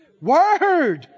Word